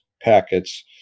packets